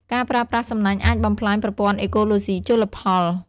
ការប្រើប្រាស់សំណាញ់អាចបំផ្លាញប្រព័ន្ធអេកូឡូស៊ីជលផល។